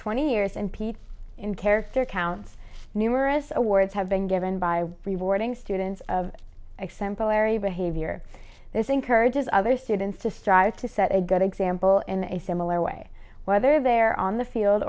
twenty years and pete in character counts numerous awards have been given by rewarding students of example larry behavior this encourages other students to strive to set a good example in a similar way whether they're on the field